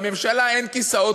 בממשלה אין כיסאות,